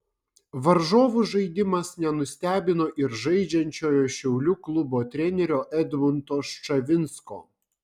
varžovų žaidimas nenustebino ir žaidžiančiojo šiaulių klubo trenerio edmundo ščavinsko